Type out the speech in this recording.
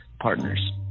partners